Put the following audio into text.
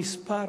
המספר